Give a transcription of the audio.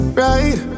right